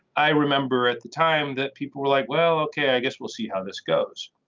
i remember at the time that people were like well ok i guess we'll see how this goes.